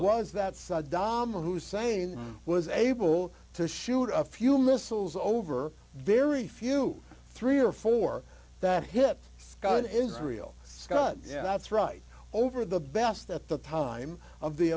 was that saddam hussein was able to shoot a few missiles over very few three or four that hit scud israel scud that's right over the best at the time of the